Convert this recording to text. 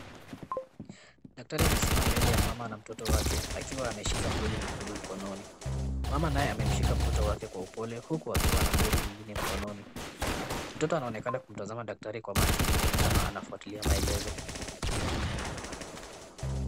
Daktari amesimama mbele ya mama na mtoto wake akiwa ameshika mdoli mwekundu mkononi. Mama naye amemshika mtoto wake kwa upole, huku akiwa na mdoli mwingine mkononi. Mtoto anaonekana kumtazama daktari kwa makini, ni kama anafuatilia maelezo.